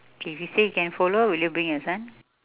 okay if he say can follow will you bring your son